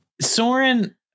Soren